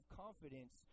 confidence